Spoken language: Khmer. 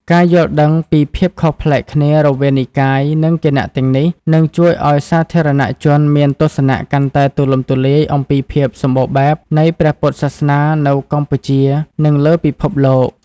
ការយល់ដឹងពីភាពខុសប្លែកគ្នារវាងនិកាយ និងគណៈទាំងនេះ នឹងជួយឱ្យសាធារណជនមានទស្សនៈកាន់តែទូលំទូលាយអំពីភាពសម្បូរបែបនៃព្រះពុទ្ធសាសនានៅកម្ពុជា និងលើពិភពលោក។